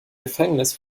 gefängnis